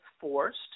forced